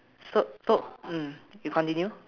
so so mm you continue